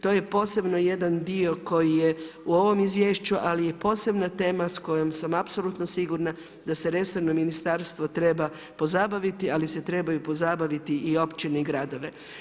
To je posebno jedan dio koji je u ovom Izvješću ali je posebna tema s kojom sam apsolutno sigurna da se resorno ministarstvo treba pozabaviti ali se trebaju pozabaviti i općine i gradovi.